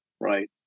Right